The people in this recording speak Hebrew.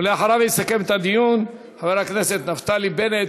אחריו, יסכם את הדיון חבר הכנסת נפתלי בנט.